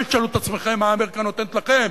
אל תשאלו את עצמכם מה אמריקה נותנת לכם,